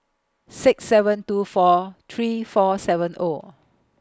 six seven two four three four seven O